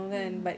mm